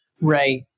Right